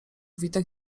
witek